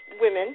women